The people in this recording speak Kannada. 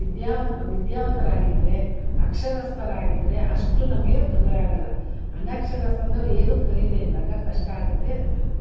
ವಿದ್ಯಾವಾನ್ ವಿದ್ಯಾವಂತ್ರು ಆಗಿದ್ದರೆ ಅಕ್ಷರಸ್ತರಾಗಿದ್ದರೆ ಅಷ್ಟು ನಮಗೆ ತೊಂದರೆ ಆಗೋಲ್ಲ ಅನಕ್ಷರಸ್ತರು ಅಂದ್ರೆ ಅವ್ರು ಏನೂ ಕಲಿದೇ ಇದ್ದಾಗ ಕಷ್ಟ ಆಗುತ್ತೆ